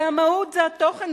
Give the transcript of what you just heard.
זה המהות, זה התוכן.